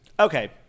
Okay